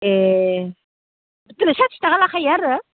ए बिदिनो साथि थाखा लायो आरो